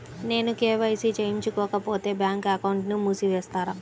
నేను కే.వై.సి చేయించుకోకపోతే బ్యాంక్ అకౌంట్ను మూసివేస్తారా?